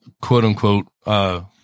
quote-unquote